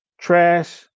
trash